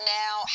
now